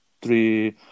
three